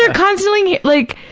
ah constantly like,